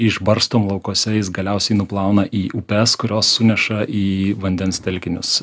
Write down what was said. išbarstom laukuose jis galiausiai nuplauna į upes kurios suneša į vandens telkinius